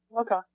Okay